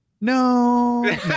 no